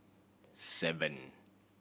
seven